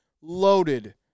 loaded